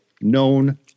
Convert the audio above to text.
Known